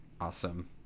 Awesome